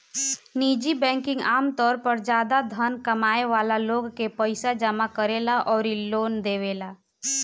निजी बैंकिंग आमतौर पर ज्यादा धन कमाए वाला लोग के पईसा जामा करेला अउरी लोन देवेला